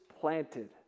planted